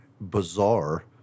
bizarre